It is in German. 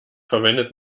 verwendet